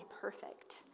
perfect